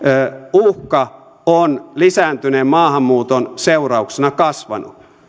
uhka on lisääntyneen maahanmuuton seurauksena kasvanut